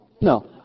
No